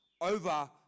over